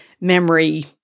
memory